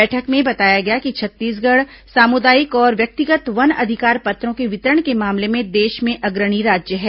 बैठक में बताया गया कि छत्तीसगढ़ सामुदायिक और व्यक्तिगत वन अधिकार पत्रों के वितरण के मामले में देश में अग्रणी राज्य है